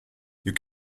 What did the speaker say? you